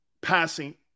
passing